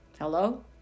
Hello